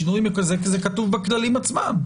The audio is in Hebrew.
שינוי כזה כתוב בכללים עצמם.